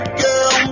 girl